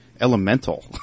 elemental